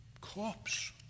corpse